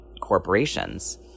corporations